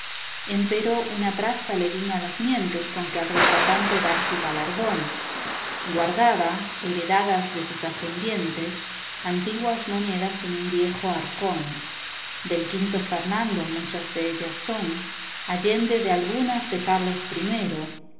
abastanza empero una traza le vino a las mientes con que al retratante dar su galardón guardaba heredadas de sus ascendientes antiguas monedas en un viejo arcón del quinto fernando muchas de ellas son allende de algunas de carlos primero